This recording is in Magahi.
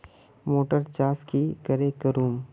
मोटर चास की करे करूम?